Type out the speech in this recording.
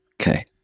Okay